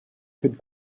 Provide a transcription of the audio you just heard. could